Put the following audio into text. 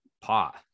pot